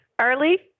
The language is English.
early